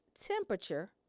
temperature